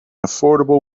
affordable